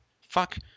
fuck